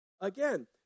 Again